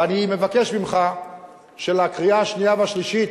ואני מבקש ממך שלקריאה השנייה והשלישית,